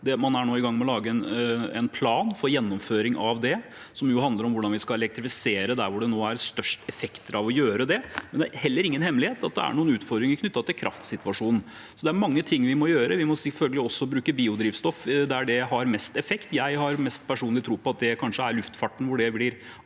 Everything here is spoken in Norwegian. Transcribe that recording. Man er nå i gang med å lage en plan for gjennomføring av det, som jo handler om hvordan vi skal elektrifisere der hvor det nå er størst effekt av å gjøre det, men det er heller ingen hemmelighet at det er noen utfordringer knyttet til kraftsituasjonen. Så det er mange ting vi må gjøre – vi må selvfølgelig også bruke biodrivstoff der det har mest effekt. Jeg har personlig mest tro på at det kanskje er innen luftfarten det blir